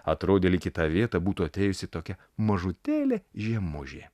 atrodė lyg į tą vietą būtų atėjusi tokia mažutėlė žiemužė